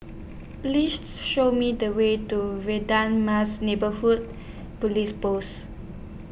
Please Show Me The Way to Mas Neighbourhood Police Post